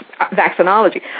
vaccinology